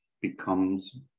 becomes